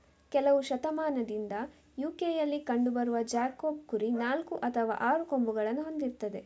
ಕೆಲವು ಶತಮಾನದಿಂದ ಯು.ಕೆಯಲ್ಲಿ ಕಂಡು ಬರುವ ಜಾಕೋಬ್ ಕುರಿ ನಾಲ್ಕು ಅಥವಾ ಆರು ಕೊಂಬುಗಳನ್ನ ಹೊಂದಿರ್ತದೆ